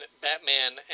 Batman